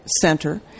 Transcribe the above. center